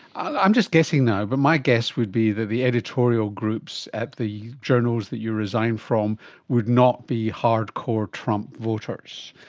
i'm just guessing now, but my guess would be that the editorial groups at the journals and that you resign from would not be hard-core trump voters,